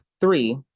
Three